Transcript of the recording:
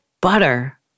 butter